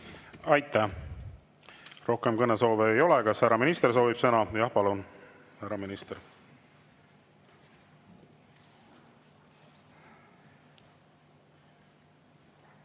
Aitäh! Rohkem kõnesoove ei ole. Kas härra minister soovib sõna? Jah. Palun, härra minister!